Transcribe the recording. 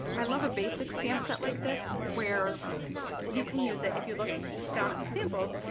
i love a basic stamp set like this where you can use it, if you look down at the samples,